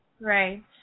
right